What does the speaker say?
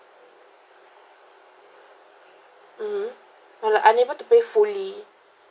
mmhmm I like unable to pay fully